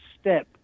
step